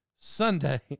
Sunday